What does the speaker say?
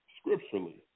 scripturally